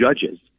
judges